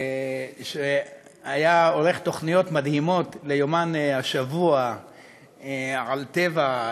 שהיה עורך תוכניות מדהימות ליומן השבוע על טבע,